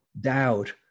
doubt